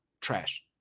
trash